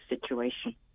situation